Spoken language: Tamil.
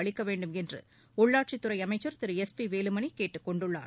அளிக்கவேண்டுமென்றுஉள்ளாட்சித் துறைஅமைச்சர் திரு எஸ் பிவேலுமணிகேட்டுக் கொண்டுள்ளார்